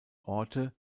orte